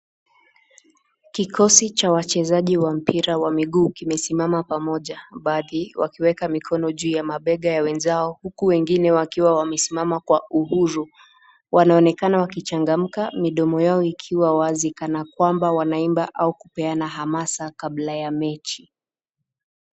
Kikosi cha wachezaji wa mpira Wa miguu kimesimama pamoja, baadhi wakiweka mikono kwa mabega ya wenzao huku wengine wakiwa wamesimama kwa uhuru ,wanaonekana wakichangamka midomo yao ikiwa wazi kana kwamba wanaimba au kupeana hamasa kabla ya mechi.